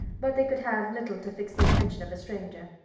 but they could have little to fix the attention of a stranger.